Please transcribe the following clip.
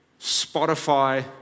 Spotify